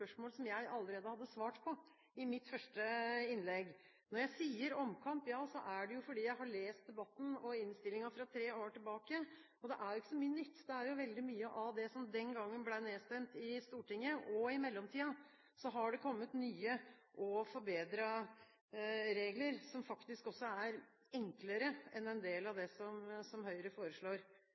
spørsmål som jeg allerede hadde svart på i mitt første innlegg. Når jeg sier «omkamp», er det fordi jeg har lest debatten og innstillingen fra tre år tilbake, og det er ikke så mye nytt. Det er veldig mye av det som den gangen ble nedstemt i Stortinget. I mellomtiden har det kommet nye og forbedrede regler som faktisk også er enklere enn en del av det som Høyre foreslår.